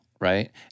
right